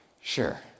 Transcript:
Sure